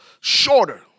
shorter